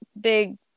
big